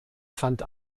fand